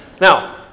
Now